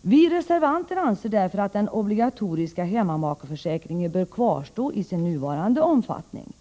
Vi reservanter anser därför, att den obligatoriska hemmamakeförsäkringen bör kvarstå i sin nuvarande omfattning.